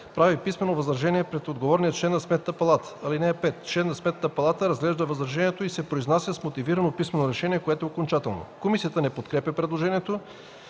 прави писмено възражение пред отговорния член на Сметната палата. (5) Член на Сметната палата разглежда възражението и се произнася с мотивирано писмено решение, което е окончателно.” Комисията не подкрепя предложението.